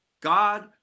God